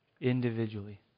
individually